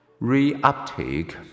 reuptake